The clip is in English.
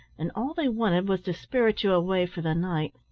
and all they wanted was to spirit you away for the night.